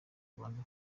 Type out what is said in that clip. kubanza